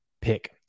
pick